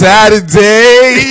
Saturday